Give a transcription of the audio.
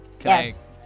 Yes